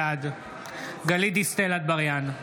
בעד גלית דיסטל אטבריאן,